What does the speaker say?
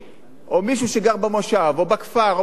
או מישהו שגר במושב או בכפר או באיזה מקום